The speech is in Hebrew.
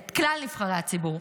את כלל נבחרי הציבור,